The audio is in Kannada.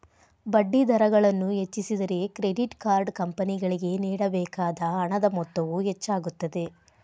ಬಡ್ಡಿದರಗಳನ್ನು ಹೆಚ್ಚಿಸಿದರೆ, ಕ್ರೆಡಿಟ್ ಕಾರ್ಡ್ ಕಂಪನಿಗಳಿಗೆ ನೇಡಬೇಕಾದ ಹಣದ ಮೊತ್ತವು ಹೆಚ್ಚಾಗುತ್ತದೆ